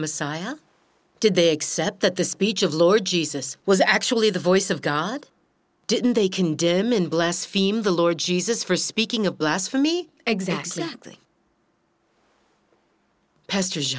messiah did they accept that the speech of lord jesus was actually the voice of god didn't they can determine bless fim the lord jesus for speaking of blasphemy exactly like pastors